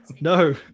no